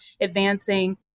advancing